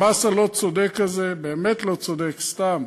המס הלא-צודק הזה, באמת לא צודק, סתם,